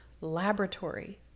laboratory